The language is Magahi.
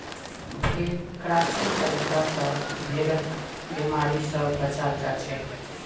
भेड़ क्रचिंग तरीका स भेड़क बिमारी स बचाल जाछेक